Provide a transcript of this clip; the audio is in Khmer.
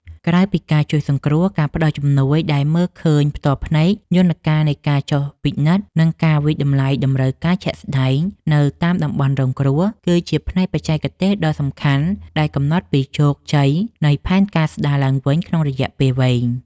ក្រៅពីការជួយសង្គ្រោះ និងការផ្តល់ជំនួយដែលមើលឃើញផ្ទាល់ភ្នែក យន្តការនៃការចុះពិនិត្យ និងការវាយតម្លៃតម្រូវការជាក់ស្តែងនៅតាមតំបន់រងគ្រោះ គឺជាផ្នែកបច្ចេកទេសដ៏សំខាន់ដែលកំណត់ពីជោគជ័យនៃផែនការស្តារឡើងវិញក្នុងរយៈពេលវែង។